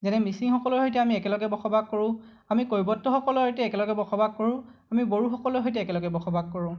যেনে মিচিংসকলৰ সৈতে আমি একেলগে বসবাস কৰোঁ আমি কৈৱৰ্তসকলৰ সৈতে একেলগে বসবাস কৰোঁ আমি বড়োসকলৰ সৈতে একেলগে বসবাস কৰোঁ